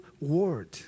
word